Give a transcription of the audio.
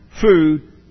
food